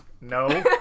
No